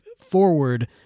forward